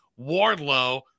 Wardlow